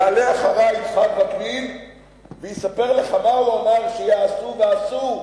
יעלה אחרי יצחק וקנין ויספר לך מה הוא אמר שיעשו ועשו.